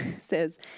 says